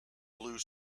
blue